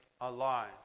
alive